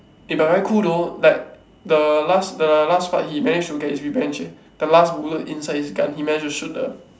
eh but very cool though like the last the last part he managed to get his revenge eh the last bullet inside his gun he managed to shoot the